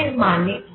এর মানে কি